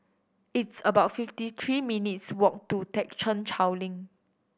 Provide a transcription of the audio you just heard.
it's about fifty three minutes' walk to Thekchen Choling